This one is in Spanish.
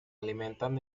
alimentan